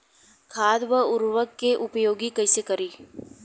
खाद व उर्वरक के उपयोग कईसे करी?